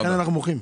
לכן אנחנו מוחים.